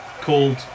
called